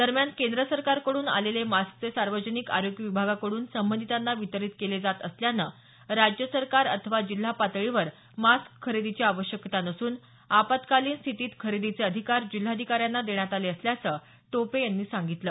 दरम्यान केंद्र सरकारकडून आलेले मास्कचे सार्वजनिक आरोग्य विभागाकडून संबंधितांना वितरीत केले जात असल्यानं राज्य सरकार अथवा जिल्हा पातळीवर मास्क खरेदीची आवश्यकता नसून आपत्कालीन स्थितीत खरेदीचे अधिकार जिल्हाधिकाऱ्यांना देण्यात आले असल्याचं टोपे यांनी सांगितलं